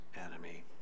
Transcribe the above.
enemy